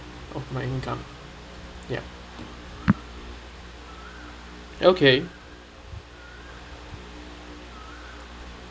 of my income yup okay